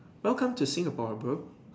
welcome to Singapore bro